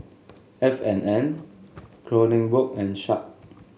F and N Kronenbourg and Sharp